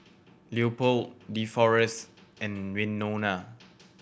Leopold Deforest and Winona